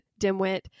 dimwit